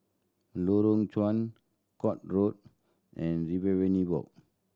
Lorong Chuan Court Road and Riverina Walk